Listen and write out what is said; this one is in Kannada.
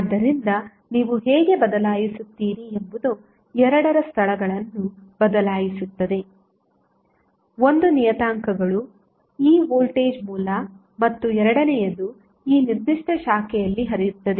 ಆದ್ದರಿಂದ ನೀವು ಹೇಗೆ ಬದಲಾಯಿಸುತ್ತೀರಿ ಎಂಬುದು ಎರಡರ ಸ್ಥಳಗಳನ್ನು ಬದಲಾಯಿಸುತ್ತದೆ 1 ನಿಯತಾಂಕಗಳು E ವೋಲ್ಟೇಜ್ ಮೂಲ ಮತ್ತು ಎರಡನೆಯದು ಈ ನಿರ್ದಿಷ್ಟ ಶಾಖೆಯಲ್ಲಿ ಹರಿಯುತ್ತದೆ